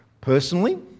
Personally